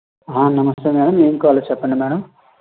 నమస్తే మేడం ఏం కావాలో చెప్పండి మేడం